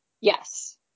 Yes